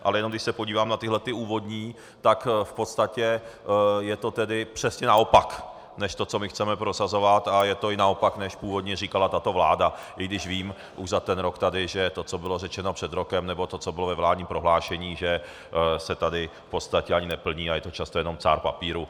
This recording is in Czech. Ale jenom když se podívám na tyhle ty úvodní, tak v podstatě je to tedy přesně naopak než to, co tady chceme prosazovat, a je to i naopak, než původně říkala tato vláda, i když už za ten rok tady vím, že to, co bylo řečeno před rokem nebo co bylo ve vládním prohlášení, že se tady v podstatě ani neplní a je to často jenom cár papíru.